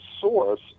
source